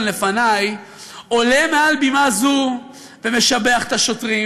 לפני עולה מעל בימה זו ומשבח את השוטרים